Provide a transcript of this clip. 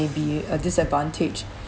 may be a disadvantage